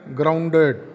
grounded